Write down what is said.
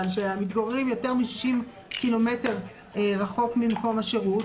שמתגוררים יותר מ-60 קילומטר רחוק ממקום השירות